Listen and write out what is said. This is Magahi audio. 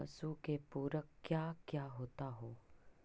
पशु के पुरक क्या क्या होता हो?